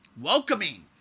Welcoming